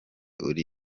uri